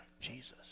Jesus